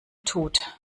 tut